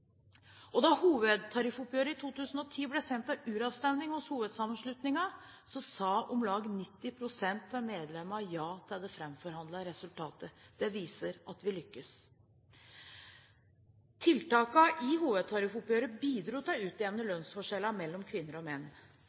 tariffområdet. Da hovedtariffoppgjøret i 2010 ble sendt til uravstemning hos hovedsammenslutningene, sa om lag 90 pst. av medlemmene ja til det framforhandlede resultatet. Det viser at vi lykkes. Tiltakene i hovedtariffoppgjøret bidro til å utjevne lønnsforskjellene mellom kvinner og menn.